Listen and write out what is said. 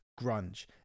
grunge